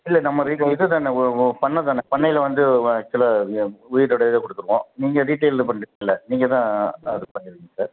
இல்லை நம்ம ரீட் இது தானே ஓ ஓ பண்ண தானே பண்ணையில் வந்து வ கிலோ உயிரோடையவே கொடுத்துடுவோம் நீங்கள் ரீட்டெயில் பண்ணுறீங்கல்ல நீங்கள் தான் அது பண்ணுவீங்க சார்